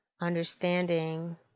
understanding